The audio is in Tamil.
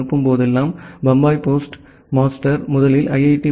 க்கு அனுப்பும் போதெல்லாம் பம்பாய் போஸ்ட் மாஸ்டர் முதலில் ஐ